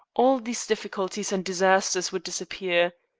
all these difficulties and disasters would disappear.